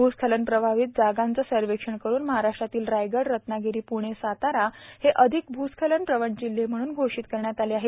भूस्खलन प्रभावित जागांचे सर्वेक्षण करून महाराष्ट्रातील रायगड रत्नागिरी पुणे सातारा हे अधिक भूस्खलन प्रवण जिल्हे म्हणून घोषित केले गेले आहेत